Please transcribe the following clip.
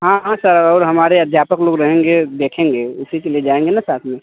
हाँ हाँ सर और हमारे अध्यापक लोग रहेंगे देखेंगे उसी के लिए जाएँगे न साथ में